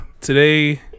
today